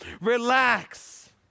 Relax